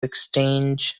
exchange